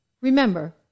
Remember